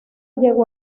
llegó